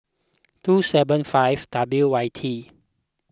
two seven five W Y T